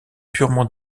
purement